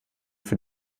für